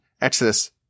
Exodus